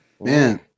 Man